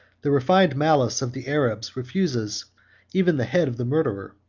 the refined malice of the arabs refuses even the head of the murderer,